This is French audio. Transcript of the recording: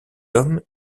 homme